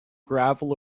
gravel